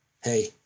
hey